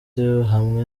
hamwe